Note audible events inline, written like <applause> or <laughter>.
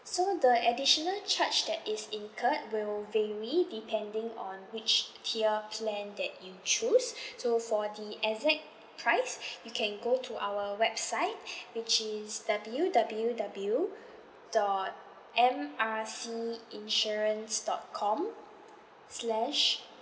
okay so the additional charge that is incurred will vary depending on which tier plan that you choose <breath> so for the exact price <breath> you can go to our website <breath> which is W W W dot M R C insurance dot com slash